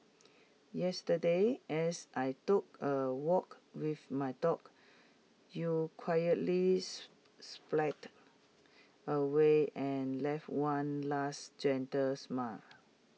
yesterday as I took A walk with my dog you quietly away and left one last gentle smile